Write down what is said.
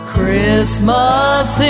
Christmas